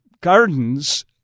Gardens